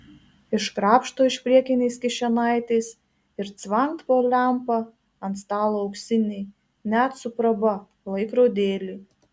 iškrapšto iš priekinės kišenaitės ir cvangt po lempa ant stalo auksinį net su praba laikrodėlį